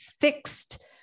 fixed